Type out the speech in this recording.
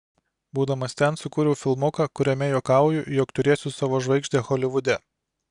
būdamas ten sukūriau filmuką kuriame juokauju jog turėsiu savo žvaigždę holivude